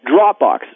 Dropbox